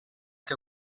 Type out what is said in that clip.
que